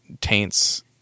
taints